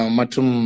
matum